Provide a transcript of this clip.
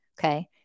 okay